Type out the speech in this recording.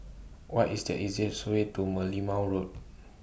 What IS The easiest Way to Merlimau Road